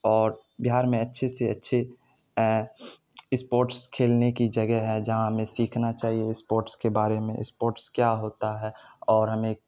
اور بہار میں اچھے سے اچھے اسپورٹس کھیلنے کی جگہ ہے جہاں ہمیں سیکھنا چاہیے اسپورٹس کے بارے میں اسپورٹس کیا ہوتا ہے اور ہمیں